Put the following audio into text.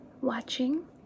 watching